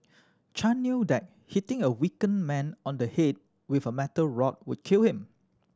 Chan knew that hitting a weakened man on the head with a metal rod would kill him